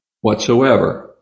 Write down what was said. whatsoever